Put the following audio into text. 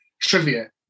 trivia